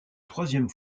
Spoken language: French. troisième